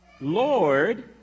Lord